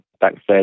backstage